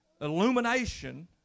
illumination